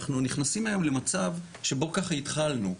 אנחנו נכנסים היום למצב שבו ככה התחלנו,